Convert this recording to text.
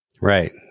Right